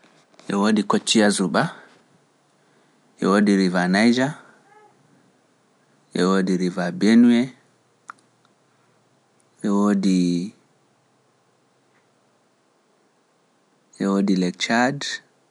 E woodi Kociya Zuba, e woodi Riva Nayja, e woodi Riva Benue, e woodi Lake chard, e woodi ƴeewa.